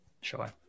Sure